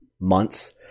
months